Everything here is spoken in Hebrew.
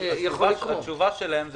התשובה שלהם,